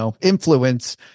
influence